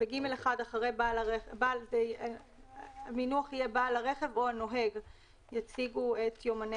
ב-(ג1) המינוח יהיה: "בעל הרכב או הנוהג יציגו את יומני